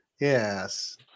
Yes